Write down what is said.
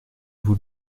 vous